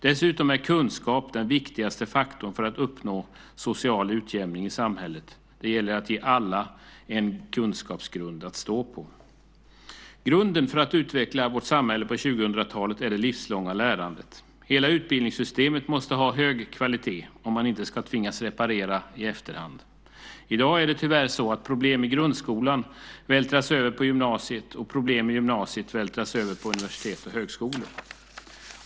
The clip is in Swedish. Dessutom är kunskap den viktigaste faktorn för att uppnå social utjämning i samhället; det gäller att ge alla en kunskapsgrund att stå på. Grunden för att utveckla vårt samhälle på 2000-talet är det livslånga lärandet. Hela utbildningssystemet måste ha hög kvalitet om man inte ska tvingas reparera i efterhand. I dag är det tyvärr så att problem i grundskolan vältras över på gymnasiet och problem i gymnasiet vältras över på universitet och högskolor.